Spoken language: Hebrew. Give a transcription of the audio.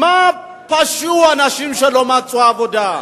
מה פשעו אנשים שלא מצאו עבודה?